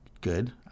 Good